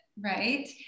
right